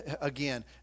again